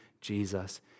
Jesus